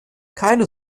keine